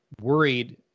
worried